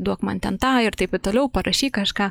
duok man ten tą ir taip ir toliau parašyk kažką